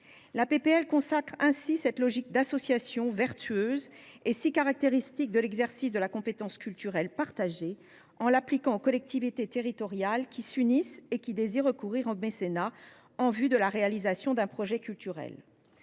de loi consacre ainsi cette logique d'association, vertueuse et si caractéristique de l'exercice de la compétence culturelle partagée, en l'appliquant aux collectivités territoriales qui s'unissent et qui désirent recourir au mécénat en vue de la réalisation d'un projet culturel.